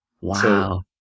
Wow